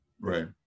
Right